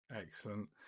Excellent